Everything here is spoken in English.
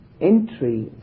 entry